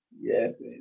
yes